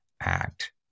act